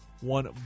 one